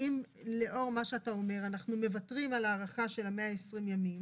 האם לאור מה שאתה אומר אנחנו מוותרים על הארכה של ה-120 ימים